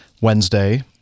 Wednesday